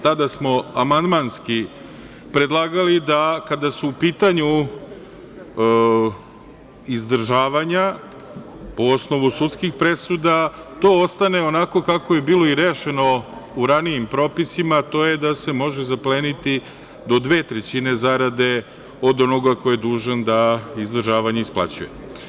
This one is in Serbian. Tada smo amandmanski predlagali da kada su u pitanju izdržavanja po osnovu sudskih presuda, to ostane onako kako je bilo i rešeno u ranijim propisima, a to je da se može zapleniti do dve trećine zarade od onog ko je dužan da izdržavanje isplaćuje.